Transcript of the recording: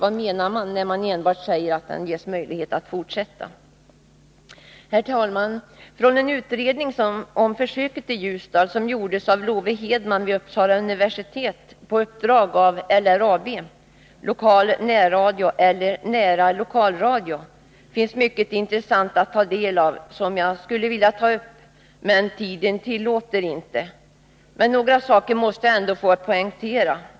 Vad menar man när man enbart säger att den ges möjlighet att fortsätta? Herr talman! Från en utredning om försöket i Ljusdal, som gjorts av Lowe Hedman vid Uppsala universitet på uppdrag av LRAB, ”Lokal närradio eller nära lokalradio”, finns mycket intressant att ta del av, som jag skulle vilja ta upp, men tiden tillåter det inte. Några saker måste jag dock ändå få poängtera.